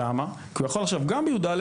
כי הוא יכול עכשיו לעשות את הדבר הזה ב-י',